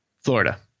Florida